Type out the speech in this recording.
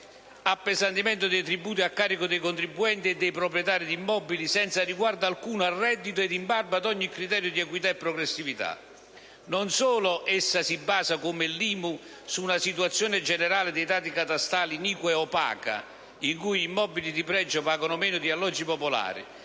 appesantimento dei tributi a carico dei contribuenti e dei proprietari di immobili, senza riguardo alcuno al reddito ed in barba ad ogni criterio di equità e progressività. Non solo essa si basa, come l'IMU, su una situazione generale dei dati catastali iniqua e opaca (in cui immobili di pregio valgono meno di alloggi popolari)